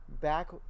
back